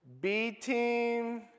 B-team